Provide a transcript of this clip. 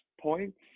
points